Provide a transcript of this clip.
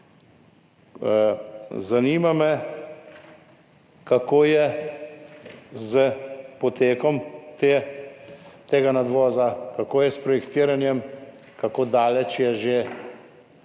Zanima me: Kako je s potekom tega nadvoza? Kako je s projektiranjem, kako daleč je že ta